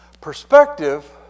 perspective